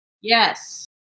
Yes